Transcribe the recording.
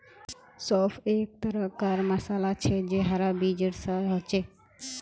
सौंफ एक तरह कार मसाला छे जे हरा बीजेर सा होचे